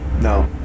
no